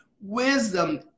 wisdom